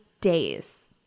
days